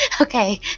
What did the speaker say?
Okay